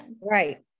Right